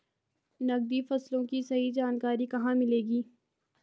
नकदी फसलों की सही जानकारी कहाँ मिलेगी?